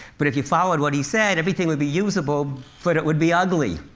but if you followed what he said, everything would be usable but it would be ugly.